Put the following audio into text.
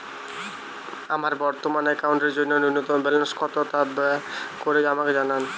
আমার বর্তমান অ্যাকাউন্টের জন্য ন্যূনতম ব্যালেন্স কত তা দয়া করে আমাকে জানান